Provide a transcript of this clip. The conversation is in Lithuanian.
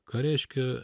ką reiškia